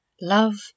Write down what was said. love